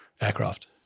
aircraft